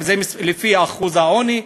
האם זה לפי אחוז העוני?